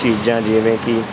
ਚੀਜ਼ਾਂ ਜਿਵੇਂ ਕਿ